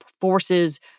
forces